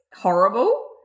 horrible